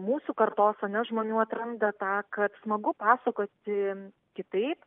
mūsų kartos ar ne žmonių atranda tą kad smagu pasakoti kitaip